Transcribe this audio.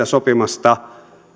sopimasta